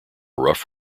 rough